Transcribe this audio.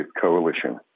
coalition